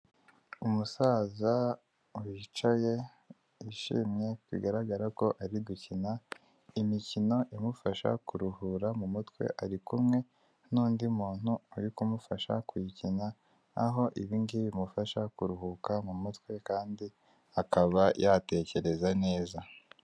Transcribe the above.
Umusaza wicaye yishimye bigaragara ko ari gukina imikino imufasha kuruhura mu mutwe, ari kumwe n'undi muntu uri kumufasha kuyikina aho ibi ngibi bimufasha kuruhuka mumutwe kandi akaba yatekereza neza.